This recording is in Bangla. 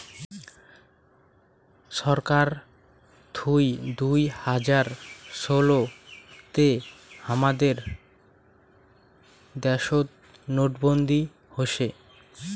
ছরকার থুই দুই হাজার ষোলো তে হামাদের দ্যাশোত নোটবন্দি হসে